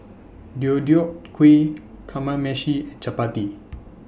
Deodeok Gui Kamameshi and Chapati